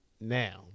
Now